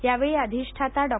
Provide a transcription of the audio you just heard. यावेळी अधिष्ठाता डॉ